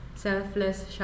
Selfless